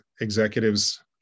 executives